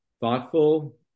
thoughtful